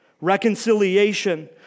Reconciliation